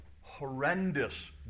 horrendous